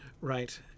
Right